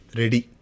ready